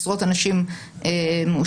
עשרות אנשים מאושפזים,